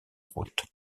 route